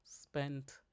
spent